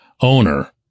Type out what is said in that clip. owner